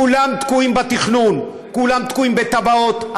כולם תקועים בתכנון, כולם תקועים בתב"עות.